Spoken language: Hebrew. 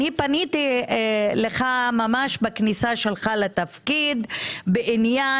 פניתי אליך ממש בכניסתך לתפקיד בעניין